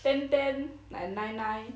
ten ten like nine nine